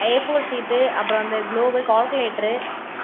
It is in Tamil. ஏஃபோர் ஷீட்டு அப்புறம் அந்த க்ளோவு கால்குலேட்ரு